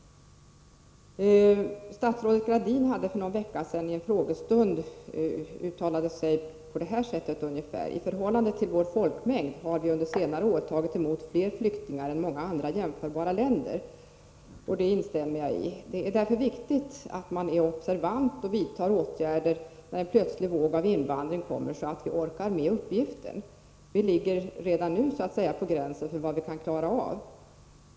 Statsrådet Gradin gjorde för någon vecka sedan i en frågestund ungefär följande uttalande: I förhållande till vår folkmängd har Sverige under senare år tagit emot fler flyktingar än många andra jämförbara länder. Det instämmer jag i. Det är därför viktigt att vara observant och vidta åtgärder när en plötslig våg av invandring kommer, så att vi orkar med uppgiften. Vi har redan nu nästan nått gränsen för vad vi kan klara av.